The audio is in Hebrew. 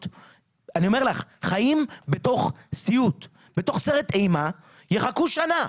חיים בתוך סרט אימה, יחכו שנה.